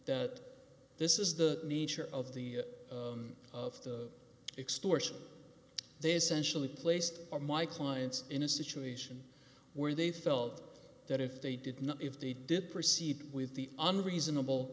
that this is the nature of the of the extortion they essentially placed my clients in a situation where they felt that if they did not if they did proceed with the under reasonable